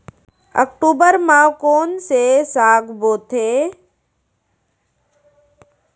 अक्टूबर मा कोन से साग बोथे?